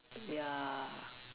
ya